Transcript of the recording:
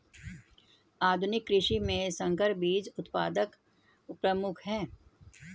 आधुनिक कृषि में संकर बीज उत्पादन प्रमुख है